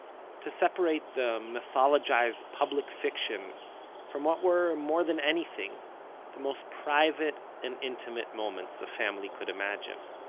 to separate the mythologized public fiction from what were more than anything the most private and intimate moments a family could imagine.